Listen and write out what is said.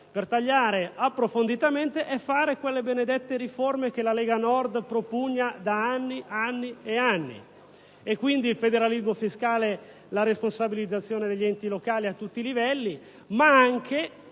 veramente e approfonditamente è fare quelle benedette riforme che la Lega Nord propugna da anni e anni: non solo il federalismo fiscale, per la responsabilizzazione degli enti locali a tutti i livelli, ma anche